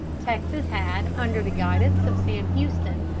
texas had, under the guidance of sam houston,